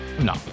No